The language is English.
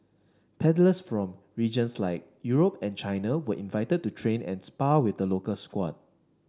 paddlers from regions like Europe and China were invited to train and spar with the local squad